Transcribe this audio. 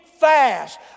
fast